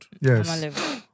Yes